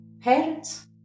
parents